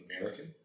American